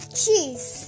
cheese